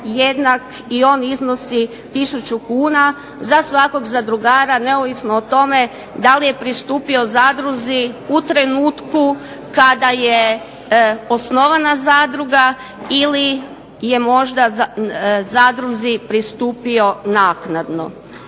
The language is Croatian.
jednak i on iznosi tisuću kuna za svakog zadrugara neovisno o tome da li je pristupio zadruzi u trenutku kada je osnovana zadruga ili je možda zadruzi pristupio naknadno.